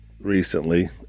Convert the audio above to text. recently